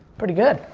pretty good.